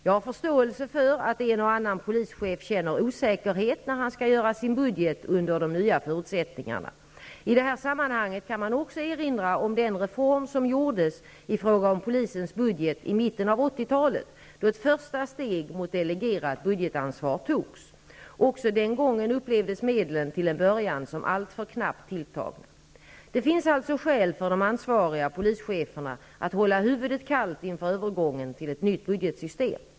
Jag har förståelse för att en och annan polischef känner osäkerhet när han skall göra sin budget under de nya förutsättningarna. I det här sammanhanget kan man också erinra om den reform som gjordes i fråga om polisens budget i mitten av 1980-talet, då ett första steg mot delegerat budgetansvar togs. Också den gången upplevdes medlen till en början som alltför knappt tilltagna. Det finns alltså skäl för de ansvariga polischeferna att hålla huvudet kallt inför övergången till nytt budgetsystem.